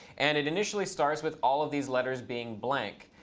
and it initially starts with all of these letters being blank.